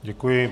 Děkuji.